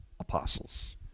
apostles